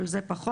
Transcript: אבל זה פחות,